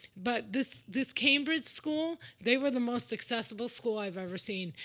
but this this cambridge school, they were the most accessible school i've ever seen.